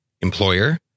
Employer